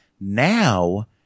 Now